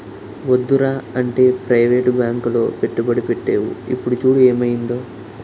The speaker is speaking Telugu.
వద్దురా అంటే ప్రవేటు బాంకులో పెట్టుబడి పెట్టేవు ఇప్పుడు చూడు ఏమయిందో